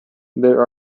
there